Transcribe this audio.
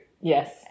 Yes